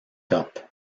cup